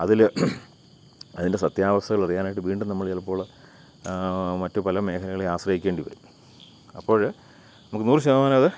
അതിൽ അതിൻ്റെ സത്യാവസ്ഥകളറിയാനായിട്ട് വീണ്ടും നമ്മൾ ചിലപ്പോൾ മറ്റു പല മേഖലകളേയും ആശ്രയിക്കേണ്ടി വരും അപ്പോൾ നമുക്ക് നൂറ് ശതമാനവും അത്